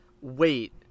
Wait